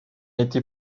été